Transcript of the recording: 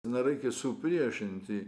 nereikia supriešinti